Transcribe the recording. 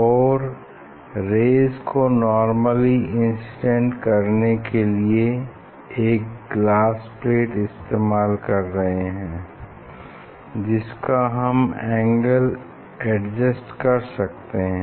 और रेज़ को normally incident करने के लिए एक ग्लास प्लेट इस्तेमाल कर रहे हैं जिसका हम एंगल एडजस्ट कर सकते हैं